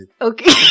okay